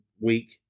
week